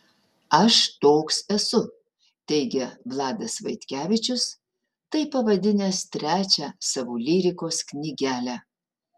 aš toks esu teigia vladas vaitkevičius taip pavadinęs trečią savo lyrikos knygelę